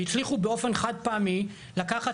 והצליחו באופן חד פעמי לקחת,